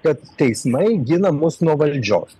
kad teismai gina mus nuo valdžios